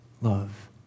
love